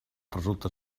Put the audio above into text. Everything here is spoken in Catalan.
resulta